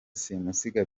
simusiga